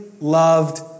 loved